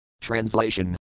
Translation